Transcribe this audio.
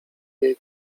jej